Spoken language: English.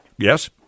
Yes